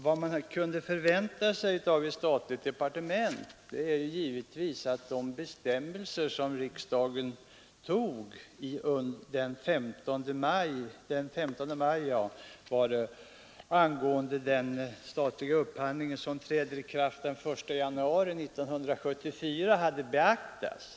Vad man kunnat förvänta sig av ett statligt departement är givetvis att de bestämmelser som riksdagen antog den 15 maj i år angående den statliga upphandlingen och som träder i kraft den 1 januari 1974 hade beaktats.